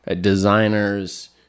designers